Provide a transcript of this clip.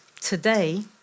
Today